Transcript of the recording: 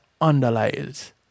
underlies